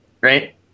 Right